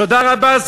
תודה רבה,